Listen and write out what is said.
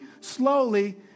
slowly